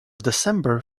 december